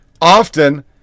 often